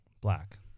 black